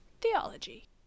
Theology